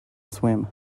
swim